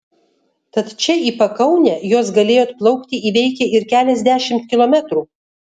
tad čia į pakaunę jos galėjo atplaukti įveikę ir keliasdešimt kilometrų